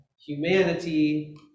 humanity